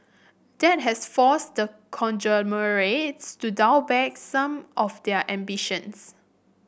that has forced the conglomerates to dial back some of their ambitions